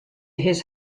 his